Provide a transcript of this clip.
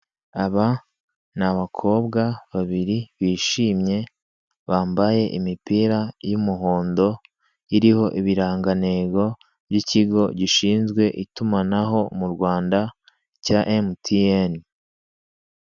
Aba ni abakobwa babiri bishimye bambaye imipira y'umuhondo, iriho ibirangantego y'ikigo gishinzwe itumanaho mu Rwanda cya emutiyeni.